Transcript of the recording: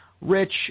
Rich